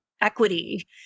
equity